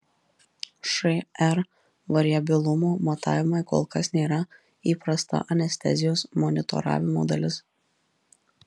šr variabilumo matavimai kol kas nėra įprasta anestezijos monitoravimo dalis